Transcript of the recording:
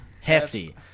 Hefty